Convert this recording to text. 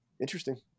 interesting